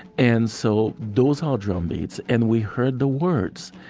and so those our drumbeats and we heard the words.